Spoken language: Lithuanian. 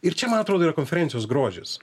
ir čia man atrodo yra konferencijos grožis